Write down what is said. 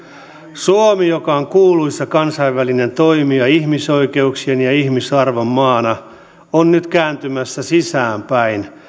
suomi joka on kuuluisa kansainvälinen toimija ihmisoikeuksien ja ihmisarvon maana on nyt kääntymässä sisäänpäin